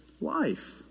life